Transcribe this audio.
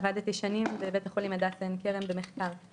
עבדתי שנים בבית החולים הדסה עין כרם במחקר.